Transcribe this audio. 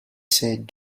said